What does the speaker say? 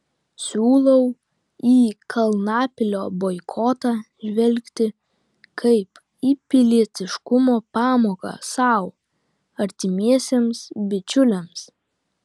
siūlau į kalnapilio boikotą žvelgti kaip į pilietiškumo pamoką sau artimiesiems bičiuliams